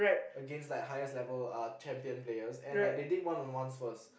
against like highest level uh champion players and like they did one on ones first